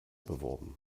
beworben